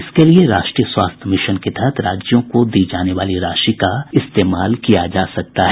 इसके लिए राष्ट्रीय स्वास्थ्य मिशन के तहत राज्यों को दी जाने वाली राशि का इस्तेमाल किया जा सकता है